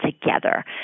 together